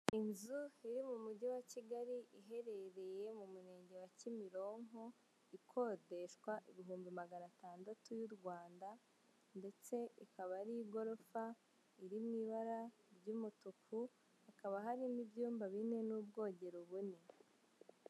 Inzu iri mu mugi wa Kigali, iherereye mu murenge wa Kimironko, ikodeshwa ibihumbi magana atandatu y'u Rwanda, ndetse ibaka ari iy'igorofa, iri mu ibara ry'umutuku, hakaba harimo ibyumba bine n'ubwogero bune.